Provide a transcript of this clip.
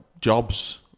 jobs